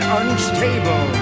unstable